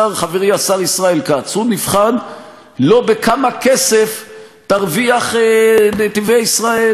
חברי השר ישראל כץ נבחן לא בכמה כסף תרוויח "נתיבי ישראל"